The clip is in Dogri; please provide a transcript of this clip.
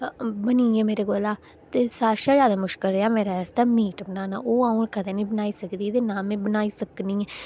बनियै मेरे कोला ते सारें कशा जादै मुश्कल रेहा मेरे आस्तै मीट बनाना ओह् अं'ऊ कदें निं बनाई सकदी ही ते ना गै में बनाई सकनी आं